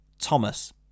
thomas